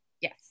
yes